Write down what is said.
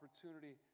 opportunity